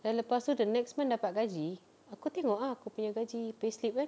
then lepas tu the next month dapat gaji aku tengok ah aku punya gaji payslip kan